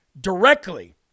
directly